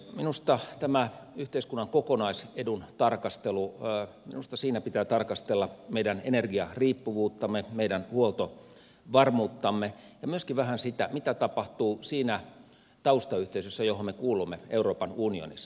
minusta tässä yhteiskunnan kokonaisedun tarkastelussa pitää tarkastella meidän energiariippuvuuttamme meidän huoltovarmuuttamme ja myöskin vähän sitä mitä tapahtuu siinä taustayhteisössä johon me kuulumme euroopan unionissa